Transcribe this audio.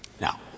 Now